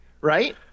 right